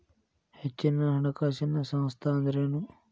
ಹೆಚ್ಚಿನ ಹಣಕಾಸಿನ ಸಂಸ್ಥಾ ಅಂದ್ರೇನು?